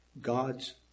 God's